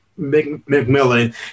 McMillan